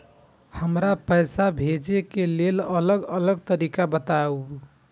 हमरा पैसा भेजै के लेल अलग अलग तरीका बताबु?